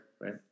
right